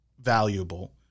valuable